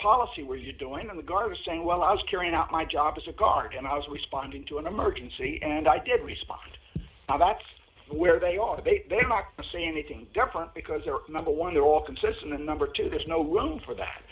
policy were you doing in the guard saying well i was carrying out my job as a guard and i was responding to an emergency and i did respond and that's where they are they may not say anything different because they are number one they're all consistent and number two there's no room for th